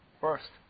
first